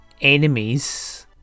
enemies